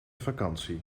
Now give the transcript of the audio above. vakantie